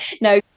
No